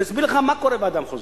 אסביר לך מה קורה בוועדה המחוזית: